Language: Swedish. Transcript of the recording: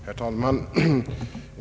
Herr talman!